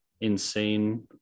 insane